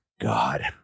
God